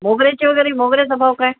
मोगऱ्याचीवगैरे मोगऱ्याचा भाव काय